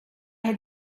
had